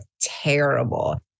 terrible